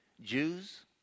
Jews